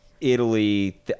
Italy